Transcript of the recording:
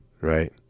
Right